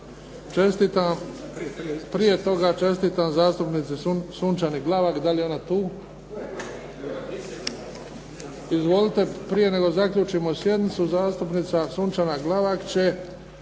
sjednicu. Prije toga čestitam zastupnici Sunčani Glavak. Izvolite, prije nego zaključite sjednicu zastupnica Sunčana Glavak će